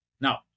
Now